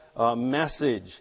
message